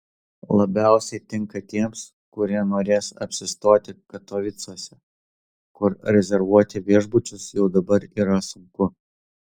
labiausia tinka tiems kurie norės apsistoti katovicuose kur rezervuoti viešbučius jau dabar yra sunku